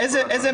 תשמע,